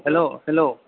hello hello